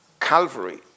Calvary